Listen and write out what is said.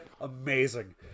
amazing